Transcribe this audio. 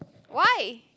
why